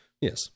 yes